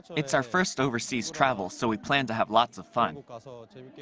it's our first overseas travel so we plan to have lots of fun. but